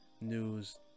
news